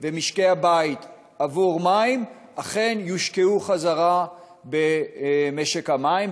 ומשקי הבית עבור מים אכן יושקעו חזרה במשק המים.